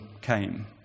came